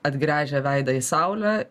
atgręžę veidą į saulę